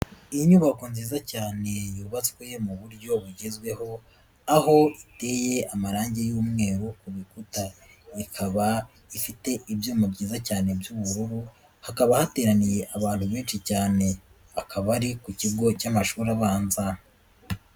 Inyubako nziza cyane yubatswe mu buryo bugezweho, aho iteye amarangi y'umweru ku bikuta. Ikaba ifite ibyuma byiza cyane by'ubururu, hakaba hateraniye abantu benshi cyane, akaba ari ku kigo cy'amashuri abanza.